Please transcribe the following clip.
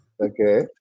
Okay